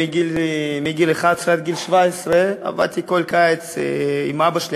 מגיל 11 עד גיל 17 עבדתי כל קיץ עם אבא שלי.